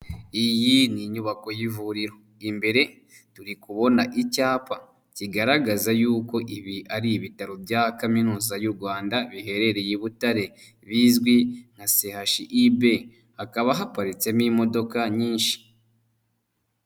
Iyi ni inyubako y'ivuriro, imbere turi kubona icyapa kigaragaza yuko ibi ari ibitaro bya kaminuza y'u Rwanda biherereye i Butare bizwi nka CHUB, hakaba haparitsemo imodoka nyinshi.